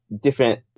different